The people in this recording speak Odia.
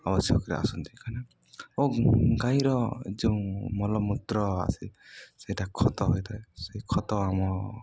ଆବଶ୍ୟକରେ ଆସନ୍ତି ଓ ଗାଈର ଯେଉଁ ମଳମୂତ୍ର ଆସେ ସେଇଟା ଖତ ହୋଇଥାଏ ସେହି ଖତ ଆମ